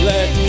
Let